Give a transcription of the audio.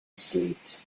street